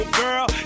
girl